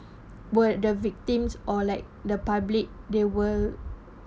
were the victims or like the public they were